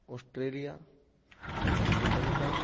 Australia Sri Lanka